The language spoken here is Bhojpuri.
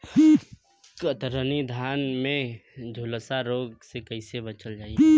कतरनी धान में झुलसा रोग से कइसे बचल जाई?